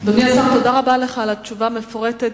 אדוני השר, תודה רבה לך על התשובה המפורטת.